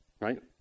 right